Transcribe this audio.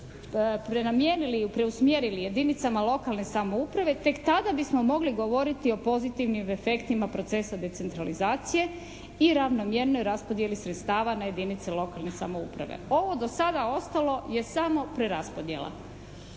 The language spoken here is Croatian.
preusmjerili jedinicama lokalne samouprave tek tada bismo mogli govoriti o pozitivnim efektima procesa decentralizacije i ravnomjernoj raspodjeli sredstava na jedinice lokalne samouprave. Ovo do sada ostalo je samo preraspodjela.